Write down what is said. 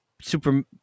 super